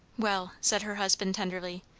well, said her husband tenderly,